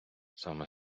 саме